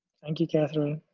thank you, catherine.